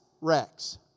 Rex